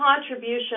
contribution